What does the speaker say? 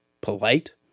polite